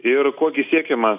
ir ko gi siekiama